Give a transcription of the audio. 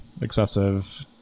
excessive